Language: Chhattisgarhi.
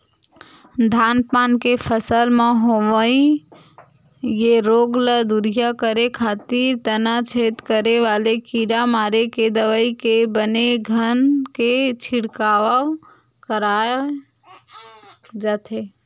धान पान के फसल म होवई ये रोग ल दूरिहा करे खातिर तनाछेद करे वाले कीरा मारे के दवई के बने घन के छिड़काव कराय जाथे